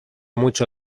mucho